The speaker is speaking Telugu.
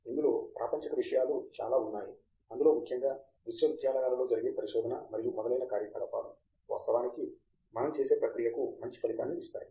ఇందులో ప్రాపంచిక విషయాలు చాలా ఉన్నాయి అందులో ముఖ్యంగా విశ్వవిద్యాలయాలలో జరిగే పరిశోధన మరియు మొదలైన కార్యకలాపాలు వాస్తవానికి మనం చేసే ప్రక్రియకు మంచి ఫలితాన్ని ఇస్తాయి